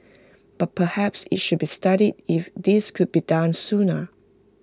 but perhaps IT should be studied if this could be done sooner